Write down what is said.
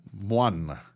one